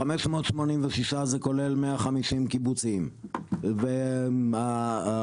586 זה כולל 150 קיבוצים והאחרים,